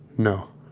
no